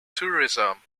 tourism